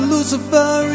Lucifer